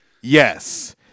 Yes